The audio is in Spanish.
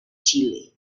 chile